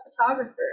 Photographer